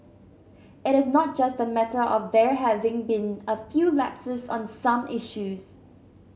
it is not just a matter of there having been a few lapses on some issues